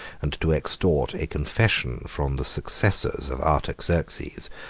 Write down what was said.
and to extort a confession from the successors of artaxerxes,